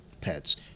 Pets